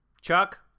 chuck